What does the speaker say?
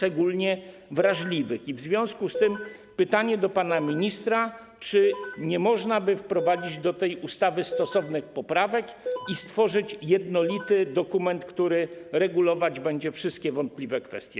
I w związku z tym pytanie do pana ministra: Czy nie można by wprowadzić do tej ustawy stosownych poprawek i stworzyć jednolitego dokumentu, który regulowałby wszystkie wątpliwe kwestie?